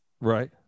Right